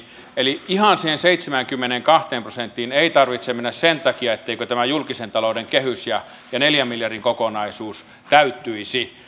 eli ihan siihen seitsemäänkymmeneenkahteen prosenttiin ei tarvitse mennä sen takia etteikö tämä julkisen talouden kehys ja ja neljän miljardin kokonaisuus täyttyisi